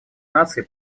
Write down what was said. наций